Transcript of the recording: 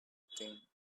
thing